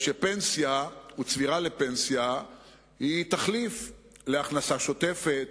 שפנסיה וצבירה לפנסיה הן תחליף להכנסה שוטפת,